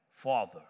father